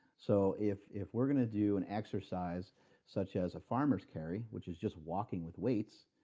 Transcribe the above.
so if if we're going to do an exercise such as a farmer's carry, which is just walking with weights,